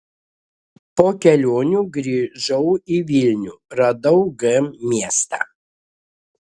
po kelionių grįžau į vilnių radau g miestą